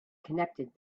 connected